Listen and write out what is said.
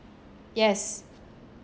yes